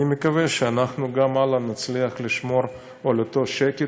אני מקווה שאנחנו גם הלאה נצליח לשמור על אותו שקט,